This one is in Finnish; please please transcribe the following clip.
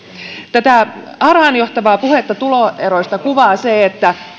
tätä harhaanjohtavaa puhetta tuloeroista kuvaa se että